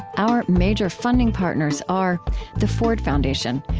our major funding partners are the ford foundation,